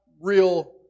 real